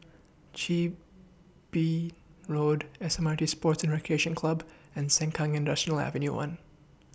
Chin Bee Road S M R T Sports Recreation Club and Sengkang Industrial Avenue one